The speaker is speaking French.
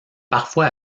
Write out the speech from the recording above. parfois